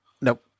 Nope